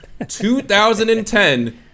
2010